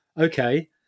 okay